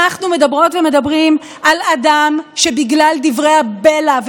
אנחנו מדברות ומדברים על אדם שבגלל דברי הבלע,